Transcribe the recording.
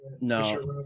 No